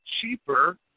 cheaper